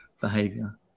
behavior